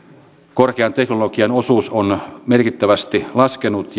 korkean teknologian osuus on merkittävästi laskenut